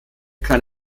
kann